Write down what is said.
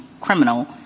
criminal